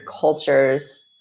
cultures